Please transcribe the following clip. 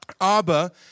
Abba